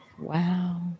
Wow